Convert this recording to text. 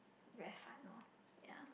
very fun lor ya